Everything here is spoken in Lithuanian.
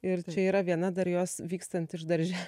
ir čia yra viena dar jos vykstant iš darže